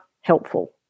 helpful